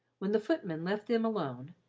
when the footman left them alone,